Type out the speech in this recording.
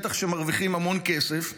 בטח שמרוויחים המון כסף.